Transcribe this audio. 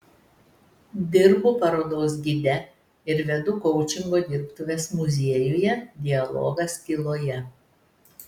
dirbu parodos gide ir vedu koučingo dirbtuves muziejuje dialogas tyloje